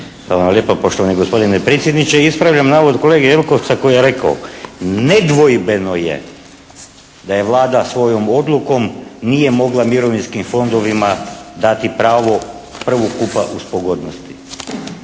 Hvala lijepa. Poštovani gospodine predsjedniče, ispravljam navod kolege Jelkovca koji je rekao: "Nedvojbeno je da je Vlada svojom odlukom nije mogla mirovinskim fondovima dati pravo prvokupa uz pogodnosti.".